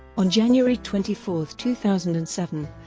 on january twenty four, two thousand and seven,